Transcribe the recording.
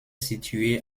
situé